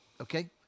okay